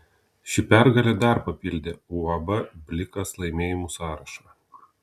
ši pergalė dar papildė uab blikas laimėjimų sąrašą